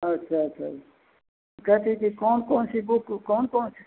अच्छा अच्छा कै कै की कौन कौन सी बुक कौन कौन सी